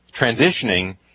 transitioning